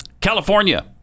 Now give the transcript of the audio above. California